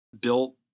built